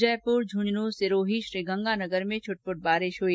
जयपुर झन्झन सिरोही श्रीगंगानगर में छुटपुट बारिश हुई